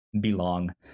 belong